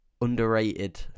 underrated